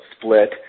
split